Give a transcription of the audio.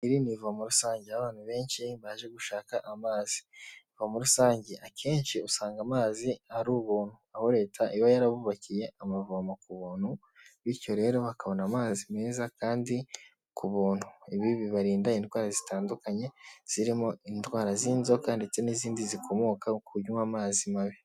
Iri ni ivomo rusange aho abantu benshi baje gushaka amazi. Ivomo rusange, akenshi usanga amazi ari ubuntu aho leta iba yarabubakiye amavomo ku buntu bityo rero bakabona amazi meza kandi ku buntu. Ibi bibarinda indwara zitandukanye zirimo indwara z'inzoka ndetse n'izindi zikomoka ku kunywa amazi mabi.